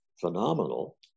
phenomenal